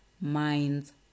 Minds